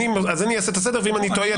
אני אעשה את הסדר ואם אני טועה,